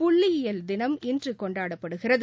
புள்ளியியல் தினம் இன்று கொண்டாடப்படுகிறது